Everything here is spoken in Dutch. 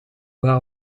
wel